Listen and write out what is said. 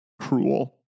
cruel